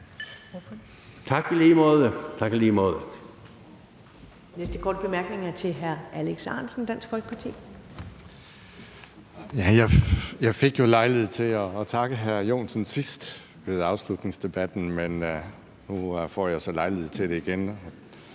Tak, i lige måde.